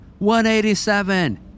187